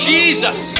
Jesus